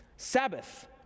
Sabbath